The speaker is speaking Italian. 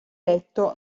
letto